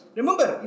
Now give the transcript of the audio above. remember